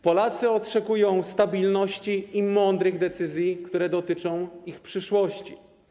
Polacy oczekują stabilności i mądrych decyzji, które dotyczą ich przyszłości.